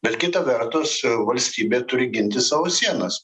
bet kita vertus valstybė turi ginti savo sienas